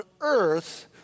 earth